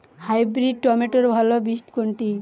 Hybrid টমেটোর ভালো বীজ কোনটি?